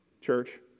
church